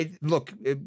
Look